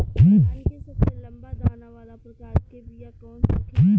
धान के सबसे लंबा दाना वाला प्रकार के बीया कौन होखेला?